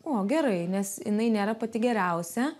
o gerai nes jinai nėra pati geriausia